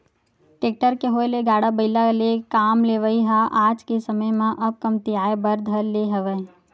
tractor के होय ले गाड़ा बइला ले काम लेवई ह आज के समे म अब कमतियाये बर धर ले हवय